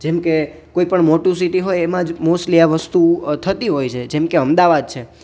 જેમ કે કોઈ પણ મોટું સીટી હોય એમાં જ મોસ્ટલી આ વસ્તુ થતી હોય છે જેમ કે અમદાવાદ છે